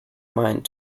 mind